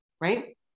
Right